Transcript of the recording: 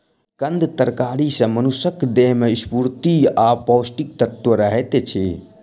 कंद तरकारी सॅ मनुषक देह में स्फूर्ति आ पौष्टिक तत्व रहैत अछि